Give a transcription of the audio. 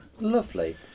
Lovely